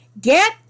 Get